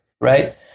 right